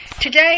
Today